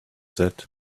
that